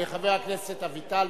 חבר הכנסת דורון אביטל,